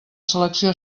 selecció